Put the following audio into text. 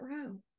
row